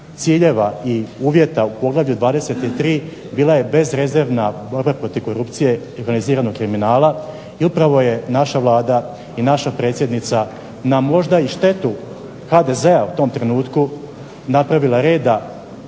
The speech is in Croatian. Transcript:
ciljeva i uvjeta u poglavlju 23. bila je bezrezervna borba protiv korupcije i organiziranog kriminala i upravo je naša Vlada i naša predsjednica možda na štetu HDZ-a u tom trenutku napravila reda